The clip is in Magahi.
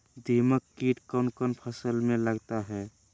दीमक किट कौन कौन फसल में लगता है?